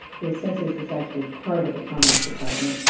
the census is actually part of the commerce department.